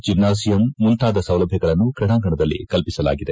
gymnasium ಮುಂತಾದ ಸೌಲಭ್ಯಗಳನ್ನು ತ್ರೀಡಾಂಗಣದಲ್ಲಿ ಕಲ್ಪಿಸಲಾಗಿದೆ